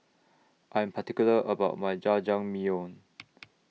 I'm particular about My Jajangmyeon